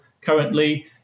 currently